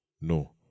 No